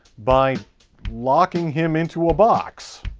by locking him into a box.